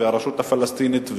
הרשות הפלסטינית,